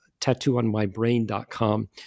tattooonmybrain.com